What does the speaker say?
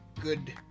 good